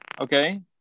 Okay